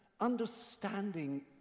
understanding